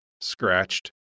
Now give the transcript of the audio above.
scratched